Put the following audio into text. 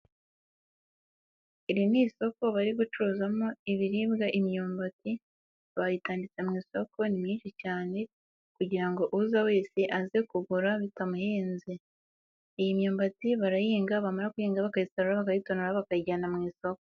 Iri ni isoko bari gucuruzamo ibiribwa, imyumbati bayitanditse mu isoko ni myinshi cyane kugira uza wese aze kugura bitamuhenze. Iyi myumbati barayihinga, bamara guyihinga bakayisarura, bakayitonora, bakayijyana mu isoko.